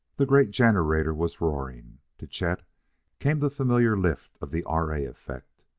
the great generator was roaring. to chet came the familiar lift of the r. a. effect.